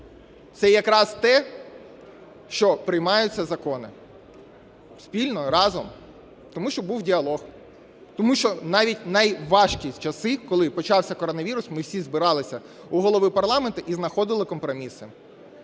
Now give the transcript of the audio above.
це якраз те, що приймаються закони спільно, разом. Тому що був діалог. Тому що навіть в найважчі часи, коли почався коронавірус, ми всі збиралися у Голови парламенту і знаходили компроміси,